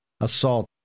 assault